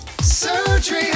Surgery